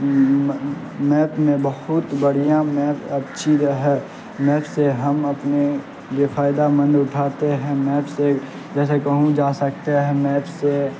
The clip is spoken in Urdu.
میپ نے بحت بڑھیاں میپ اچھی ہے میپ سے ہم اپنے لیے فائدہ مند اٹھاتے ہیں میپ سے جیسے کہوں جا سکتے ہیں میپ سے